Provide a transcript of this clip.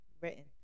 written